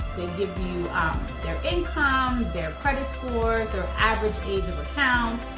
give you their income, their credit scores, their average age of accounts,